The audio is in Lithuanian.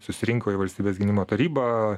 susirinko į valstybės gynimo tarybą